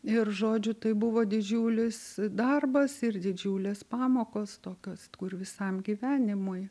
ir žodžiu tai buvo didžiulis darbas ir didžiulės pamokos tokios kur visam gyvenimui